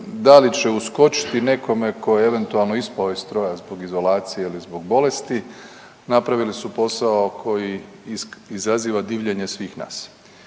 da li će uskočiti nekome tko je eventualno ispao iz stroja zbog izolacije ili zbog bolesti, napravili su posao koji izaziva divljenje svih nas.